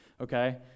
okay